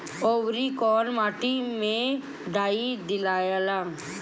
औवरी कौन माटी मे डाई दियाला?